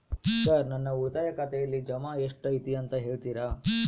Sir ನನ್ನ ಉಳಿತಾಯ ಖಾತೆಯಲ್ಲಿ ಜಮಾ ಎಷ್ಟು ಐತಿ ಅಂತ ಹೇಳ್ತೇರಾ?